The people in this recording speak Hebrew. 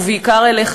ובעיקר אליך,